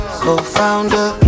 co-founder